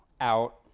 Out